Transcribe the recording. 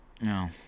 No